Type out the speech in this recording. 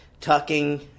Tucking